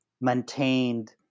maintained